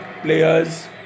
players